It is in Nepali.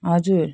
हजुर